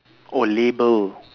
oh label